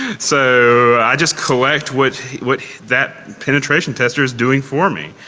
so i just collect what what that penetration tester is doing for me.